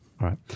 Right